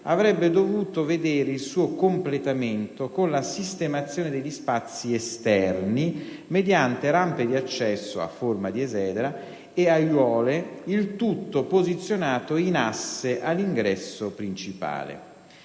avrebbe dovuto vedere il suo completamento con la sistemazione degli spazi esterni mediante rampe di accesso, a forma di esedra e aiuole, il tutto posizionato in asse all'ingresso principale.